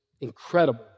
incredible